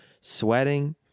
sweating